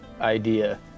idea